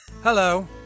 Hello